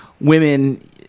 women